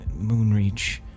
Moonreach